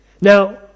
Now